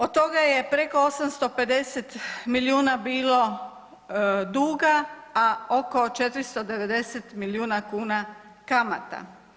Od toga je preko 850 milijuna bilo duga, a oko 490 milijuna kuna kamata.